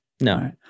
No